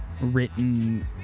written